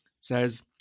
says